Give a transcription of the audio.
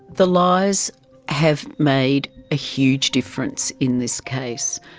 the lies have made a huge difference in this case.